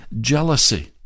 Jealousy